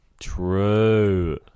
True